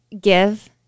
Give